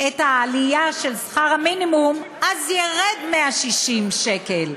את העלייה של שכר המינימום, אז ירדו 160 שקל,